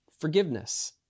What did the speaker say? forgiveness